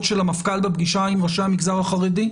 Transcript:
של המפכ"ל בפגישה עם ראשי המגזר החרדי?